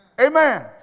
Amen